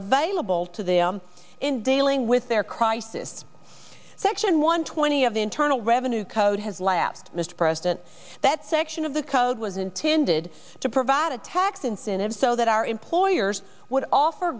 available to them in dalian with their crisis section one twenty of the internal revenue code has lapsed mr president that section of the code was intended to provide a tax incentives so that our employers would offer